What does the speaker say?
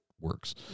works